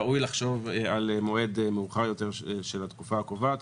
ראוי לחשוב על מועד מאוחר יותר של התקופה הקובעת.